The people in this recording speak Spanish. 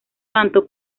tanto